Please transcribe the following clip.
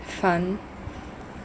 fun